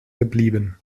geblieben